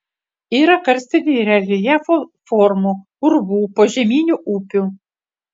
yra karstinių reljefo formų urvų požeminių upių